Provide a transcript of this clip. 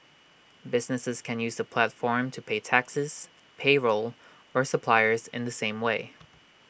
businesses can use the platform to pay taxes payroll or suppliers in the same way